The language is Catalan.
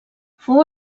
fou